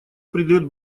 придает